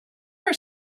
are